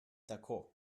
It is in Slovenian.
tako